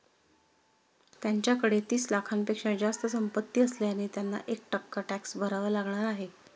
त्यांच्याकडे तीस लाखांपेक्षा जास्त संपत्ती असल्याने त्यांना एक टक्का टॅक्स भरावा लागणार आहे